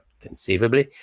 conceivably